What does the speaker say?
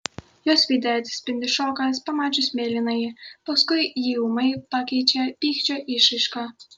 jos veide atsispindi šokas pamačius mėlynąjį paskui jį ūmai pakeičia pykčio išraiška